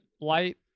light